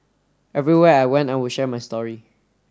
everywhere I went I would share my story